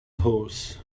horse